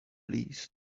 please